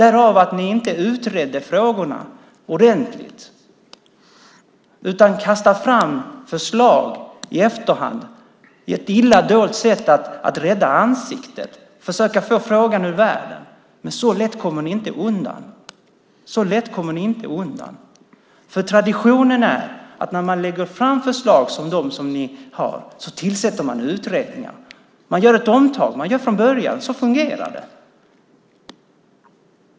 Ni utredde inte frågorna ordentligt, utan har kastat fram förslag i efterhand i ett illa dolt sätt att rädda ansiktet och försöka få frågan ur världen. Men så lätt kommer ni inte undan, för traditionen är att när man lägger fram förslag som de som ni har tillsätter man utredningar. Man gör ett omtag, gör om det från början. Så fungerar det.